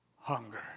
hunger